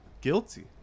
guilty